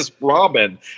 Robin